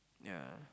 ya